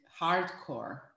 hardcore